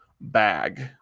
bag